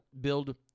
build